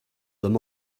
them